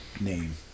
name